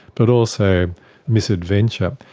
but also misadventure.